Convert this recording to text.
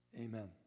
Amen